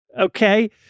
Okay